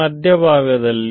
ಮಧ್ಯಭಾಗದಲ್ಲಿ